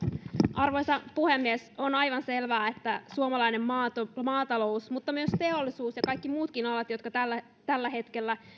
arvoisa puhemies on aivan selvää että suomalainen maatalous maatalous mutta myös teollisuus ja kaikki muutkin alat jotka tällä tällä hetkellä